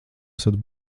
esat